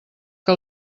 que